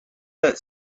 that